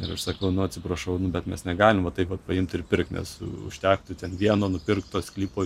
ir aš sakau nu atsiprašau bet mes negalim taip vat paimt ir pirkt nes užtektų vieno nupirkto sklypo